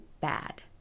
bad